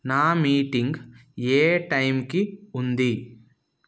నా మీటింగ్ ఏ టైమ్కి ఉంది